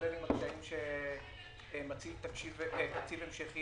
להתמודד עם הקשיים שמציע תקציב המשכי